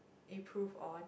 improve on